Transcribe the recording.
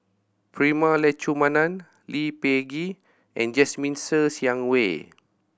Prema Letchumanan Lee Peh Gee and Jasmine Ser Xiang Wei